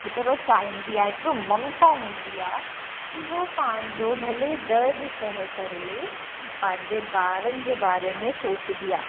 हेतिरो चाहींदी आहे हेतिरो ममता हूंदी आहे कि उहो पंहिंजो भले दर्द सहे करे पंहिंजे बारनि जे बारे में सोचंदी आहे